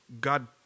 God